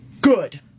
Good